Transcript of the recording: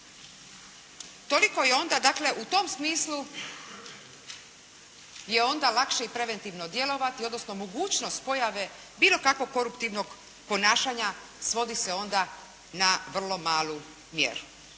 toliko je onda dakle u tom smislu je onda i lakše preventivno djelovati odnosno mogućnost pojave bilo kakvog korumptivnog ponašanja svodi se onda na vrlo malu mjeru.